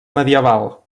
medieval